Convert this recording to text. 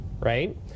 right